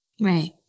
right